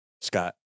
Scott